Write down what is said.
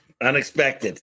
unexpected